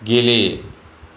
गेले